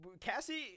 Cassie